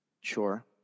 Sure